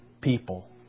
people